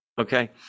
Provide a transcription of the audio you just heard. okay